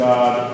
God